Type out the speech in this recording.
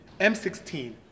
M16